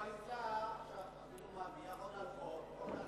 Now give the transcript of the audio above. הקואליציה אפילו מביאה עוד אלכוהול.